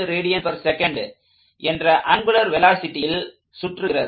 5 rads என்ற angular வெலாசிட்டியில் சுற்றுகிறது